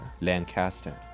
Lancaster